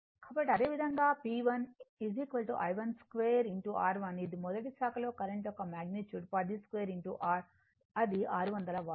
కాబట్టి అదేవిధంగా P1 I12 R1 ఇది మొదటి శాఖలో కరెంట్ యొక్క మాగ్నిట్యూడ్ 10 2 6 అది 600 వాట్